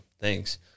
Thanks